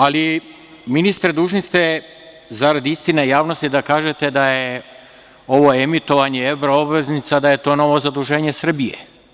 Ali, ministre dužni ste zarad istine, javnosti da kažete da je ovo emitovanje evroobveznica da je to novo zaduženje Srbije.